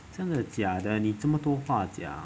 真的假的你这么多话讲